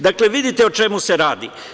Dakle, vidite o čemu se radi.